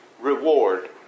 reward